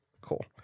Cool